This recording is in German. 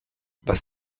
was